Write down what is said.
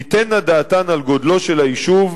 תיתנה דעתן על גודלו של היישוב,